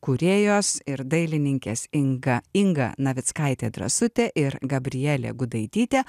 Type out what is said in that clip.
kūrėjos ir dailininkės inga inga navickaitė drąsutė ir gabrielė gudaitytė